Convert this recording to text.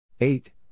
Eight